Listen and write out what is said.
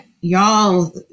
y'all